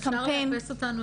רק אפשר לאפס אותנו